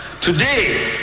Today